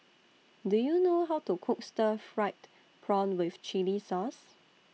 Do YOU know How to Cook Stir Fried Prawn with Chili Sauce